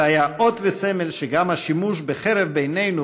זה היה אות וסמל לכך שגם השימוש בחרב בינינו,